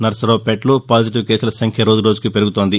నర్సరావుపేటలో positive కేసుల సంఖ్య రోజురోజుకు పెరుగుతుంది